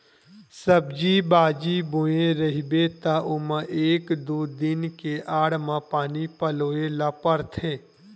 सब्जी बाजी बोए रहिबे त ओमा एक दू दिन के आड़ म पानी पलोए ल परथे